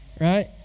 right